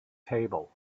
table